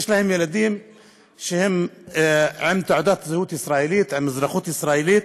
ויש להן ילדים שהם עם תעודת זהות ישראלית ועם אזרחות ישראלית.